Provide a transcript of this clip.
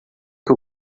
que